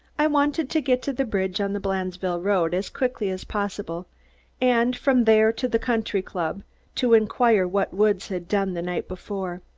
i wanted to get to the bridge on the blandesville road as quickly as possible and from there to the country-club to inquire what woods had done the night before.